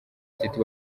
city